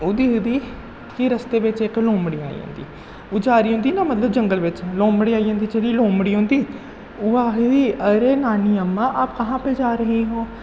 ओह् दिखदी कि रस्ते बिच्च इक लोमड़ी आई जंदी ओह् जा दी होंदी ना मतलब जंगल बिच्च लोमड़ी आई जंदी जेह्ड़ी लोमड़ी होंदी ओह् आखदी अरे नानी अम्मा आप कहां पे जा रहे हो